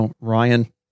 Ryan